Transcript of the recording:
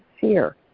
fear